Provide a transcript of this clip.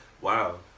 Wow